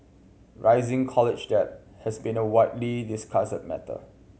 rising college debt has been a widely discussed matter